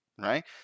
right